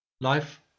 Life